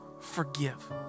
forgive